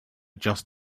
just